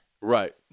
right